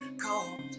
cold